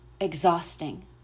exhausting